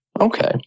Okay